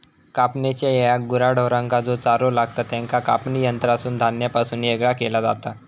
कापणेच्या येळाक गुरा ढोरांका जो चारो लागतां त्याका कापणी यंत्रासून धान्यापासून येगळा केला जाता